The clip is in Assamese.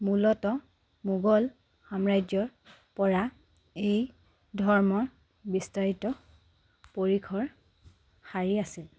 মূলতঃ মোগল সাম্ৰাজ্যৰ পৰা এই ধৰ্মৰ বিস্তাৰিত পৰিসৰ সাৰি আছিল